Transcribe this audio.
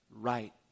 right